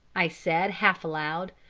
i said, half-aloud,